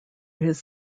his